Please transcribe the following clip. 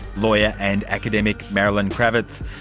lawyer and academic marilyn krawitz.